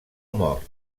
mort